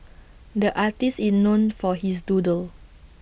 the artist is known for his doodles